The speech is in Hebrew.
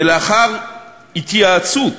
ולאחר התייעצות